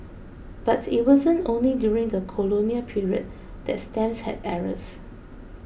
but it wasn't only during the colonial period that stamps had errors